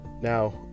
Now